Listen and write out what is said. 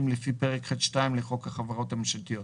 לפי פרק ח2 לחוק החברות הממשלתיות,